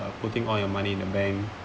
uh putting all your money in the bank